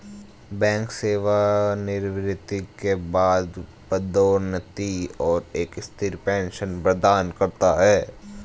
bank सेवानिवृत्ति के बाद पदोन्नति और एक स्थिर पेंशन प्रदान करता है